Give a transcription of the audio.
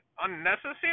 unnecessary